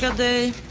they